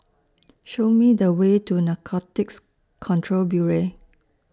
Show Me The Way to Narcotics Control Bureau